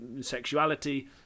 sexuality